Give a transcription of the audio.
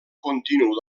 continu